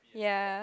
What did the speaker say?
ya